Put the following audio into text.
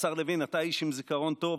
השר לוין, אתה איש עם זיכרון טוב.